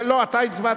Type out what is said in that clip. אתה הצבעת.